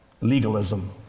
legalism